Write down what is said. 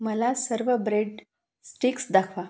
मला सर्व bread sticks दाखवा